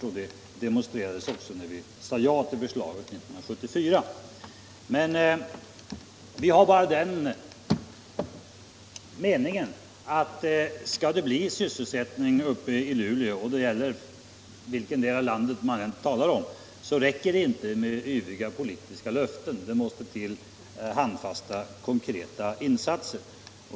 Vi sade ja också till förslaget 1974. Vi har bara den meningen att skall det bli sysselsättning uppe i Luleå så räcker det inte med yviga politiska löften, utan det måste till handfasta, konkreta insatser.